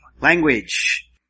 Language